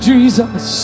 Jesus